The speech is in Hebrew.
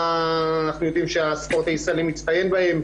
אנחנו יודעים שהספורט הישראלי מצטיין בהם,